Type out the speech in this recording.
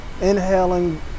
inhaling